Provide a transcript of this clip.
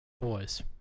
boys